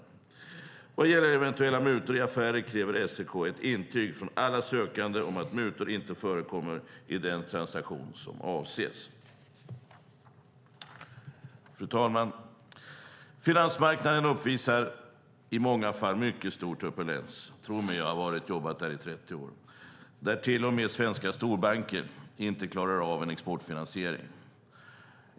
Vad gäller eventuella mutor i affärer kräver SEK ett intyg från alla sökande om att mutor inte förekommer i den transaktion som avses. Fru talman! Finansmarknaden uppvisar i många fall mycket stor turbulens - tro mig, jag har jobbat där i 30 år - där till och med svenska storbanker inte klarar av en exportfinansiering.